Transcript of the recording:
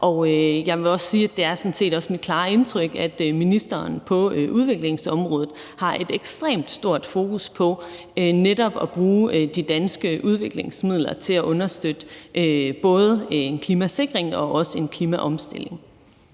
Jeg vil også sige, at det sådan set også er mit klare indtryk, at ministeren på udviklingsområdet har et ekstremt stort fokus på netop at bruge de danske udviklingsmidler til at understøtte både en klimasikring og en klimaomstilling.